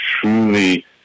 truly